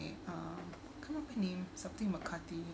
um came up a name something mccarthy